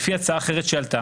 לפי הצעה אחרת שעלתה,